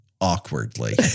Awkwardly